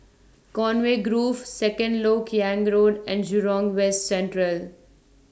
Conway Grove Second Lok Yang Road and Jurong West Central